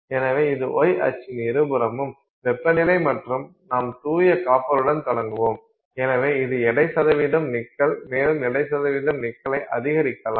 எனவே இது y அச்சின் இருபுறமும் வெப்ப நிலை மற்றும் நாம் தூய காப்பருடன் தொடங்குவோம் எனவே இது எடை நிக்கல் மேலும் எடை நிக்கலை அதிகரிக்கலாம்